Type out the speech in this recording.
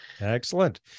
Excellent